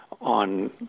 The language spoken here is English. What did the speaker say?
on